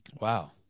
wow